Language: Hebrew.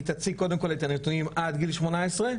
היא תציג קודם כל את הנתונים עד גיל שמונה עשרה,